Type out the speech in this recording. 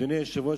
אדוני היושב-ראש,